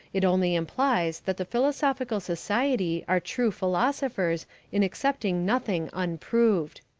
it only implies that the philosophical society are true philosophers in accepting nothing unproved.